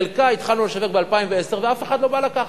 חלקה התחלנו לשווק ב-2010 ואף אחד לא בא לקחת.